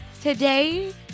Today